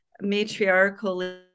matriarchal